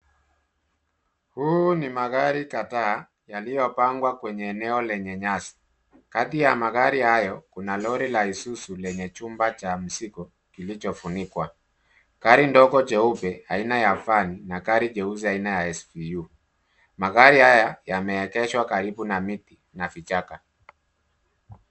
Huu ni magri kadhaa yaliyopangwa kwenye eneo lenye nyasi. Kati ya magari hayo kuna lori la Issuzu lenye chumba cha mzigo kilichofunikwa. Gari ndogo jeupe aina ya van na gari jeusi aina ya SUV. Magari haya yameegeshwa karibu na miti na vichaka.